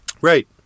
right